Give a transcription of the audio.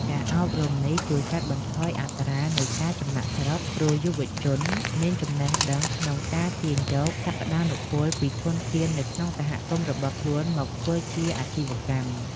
ការអប់រំនេះជួយកាត់បន្ថយអត្រានៃការចំណាកស្រុក ព្រោះយុវជនមានចំណេះដឹងក្នុងការទាញយកសក្ដានុពលពីធនធាននៅក្នុងសហគមន៍របស់ខ្លួនមកធ្វើជាអាជីវកម្ម។